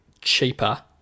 cheaper